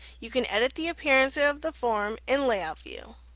you can edit the appearance of the form in layout view.